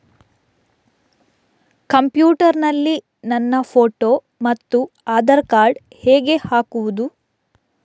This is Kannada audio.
ಕಂಪ್ಯೂಟರ್ ನಲ್ಲಿ ನನ್ನ ಫೋಟೋ ಮತ್ತು ಆಧಾರ್ ಕಾರ್ಡ್ ಹೇಗೆ ಹಾಕುವುದು?